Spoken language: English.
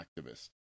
activist